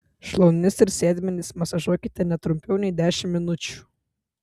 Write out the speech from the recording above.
šlaunis ir sėdmenis masažuokite ne trumpiau nei dešimt minučių